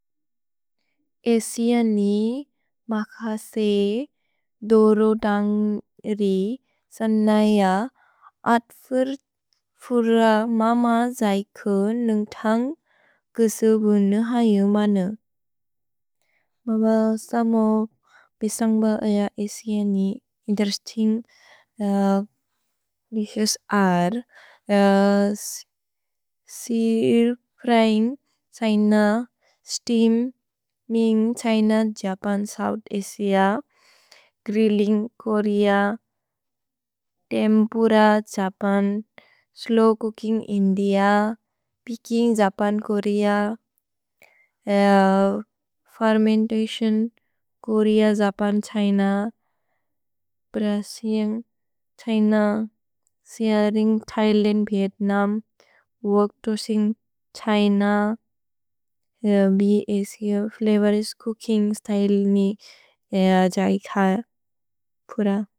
अएसिअन् नि मखसे दोरोदन्ग् रि सनय अत् फुर मम जैको नुन्ग् थन्ग् कुसुबु नुहयु मनु। मम समो पेसन्ग्ब अएअसिअन् नि इन्तेरेस्तिन्ग्। अएसिअन् नि कुसुबु नुहयु मनु। Asian China sharing Thailand Vietnam. Work to sing China. भ्, अ, छ्, ओ। फ्लवोरिस्त् छूकिन्ग् स्त्य्ले नि अएअसिअन् क पुर।